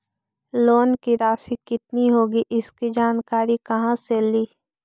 Loan की रासि कितनी होगी इसकी जानकारी कहा से ली?